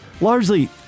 Largely